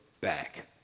back